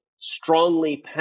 strongly